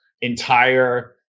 entire